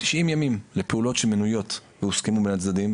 90 ימים לפעולות שמנויות והוסכמו בין הצדדים,